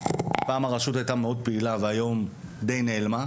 פעם הרשות הייתה מאוד פעילה, והיום היא די נעלמה.